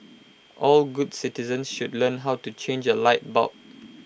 all good citizens should learn how to change A light bulb